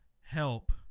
help